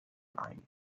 ein